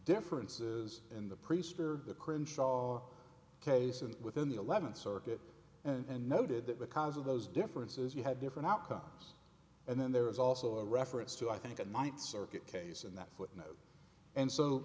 differences in the priest or the current shaw case and within the eleventh circuit and noted that because of those differences you had different outcomes and then there is also a reference to i think it might circuit case in that footnote and so